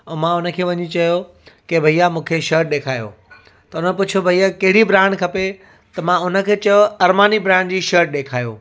ऐं मां उन खे वञी चयो की भइया मूंखे शर्ट ॾेखारियो त हुन पुछियो भई कहिड़ी ब्रांड खपे त मां उन खे चयो अरमानी ब्रांड जी शर्ट ॾेखारियो